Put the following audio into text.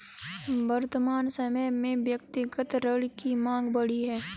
वर्तमान समय में व्यक्तिगत ऋण की माँग बढ़ी है